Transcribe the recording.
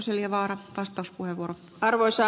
arvoisa rouva puhemies